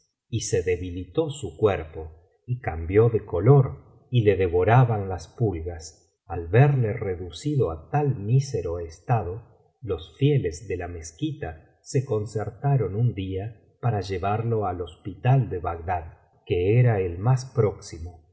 y se debilitó su cuerpo y cambió de color y le devoraban las pulgas al verle reducido á tan mísero estado los fieles de la mezquita se concertaron un día para llevarlo al hospital de bagdad que era el más próximo y